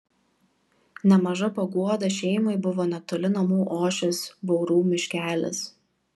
nemaža paguoda šeimai buvo netoli namų ošęs baurų miškelis